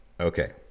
Okay